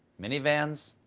minivans?